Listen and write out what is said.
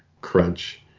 crunch